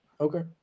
okay